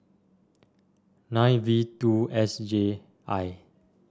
nine V two S J I